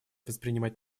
воспринимать